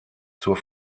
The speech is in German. zur